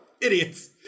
idiots